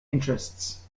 interests